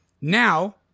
now